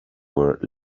were